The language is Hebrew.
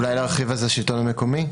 אולי להרחיב את זה לשלטון המקומי?